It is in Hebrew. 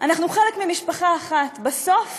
אנחנו חלק ממשפחה אחת, בסוף